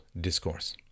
discourse